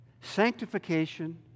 sanctification